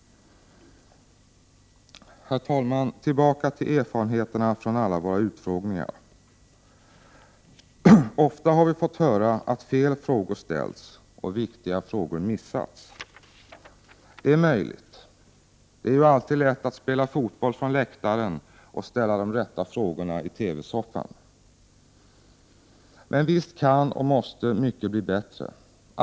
Herr talman! Tillbaka till erfarenheterna från alla våra utfrågningar. Ofta har vi fått höra att fel frågor ställts och att viktiga frågor missats. Det är möjligt. Det är ju alltid lätt att spela fotboll från läktaren och att ställa de rätta frågorna i TV-soffan. Men visst kan och måste mycket bli bättre.